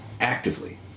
Actively